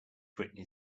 britney